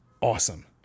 awesome